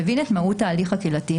מבין את מהות ההליך הקהילתי,